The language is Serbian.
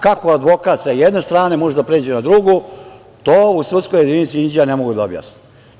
Kako advokat sa jedne strane može da pređe na drugu, to u sudskoj jedinici Inđija ne mogu da objasne.